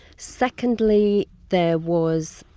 secondly, there was,